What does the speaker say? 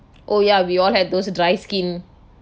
oh ya we all had those dry skin